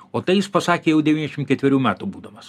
o tai jis pasakė jau devyniasdešim ketverių metų būdamas